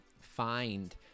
find